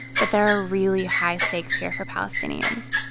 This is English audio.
but there are really high stakes here for palestinians.